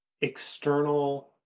external